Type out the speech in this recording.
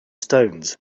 stones